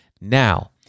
Now